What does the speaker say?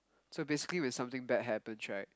so basically when something bad happens right